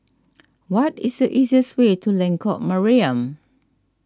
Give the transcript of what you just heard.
what is the easiest way to Lengkok Mariam